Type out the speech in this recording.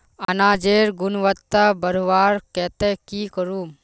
अनाजेर गुणवत्ता बढ़वार केते की करूम?